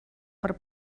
per